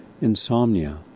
insomnia